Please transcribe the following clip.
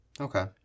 Okay